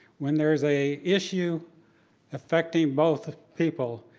when there's a issue affecting both people,